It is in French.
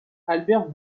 albert